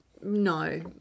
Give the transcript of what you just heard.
no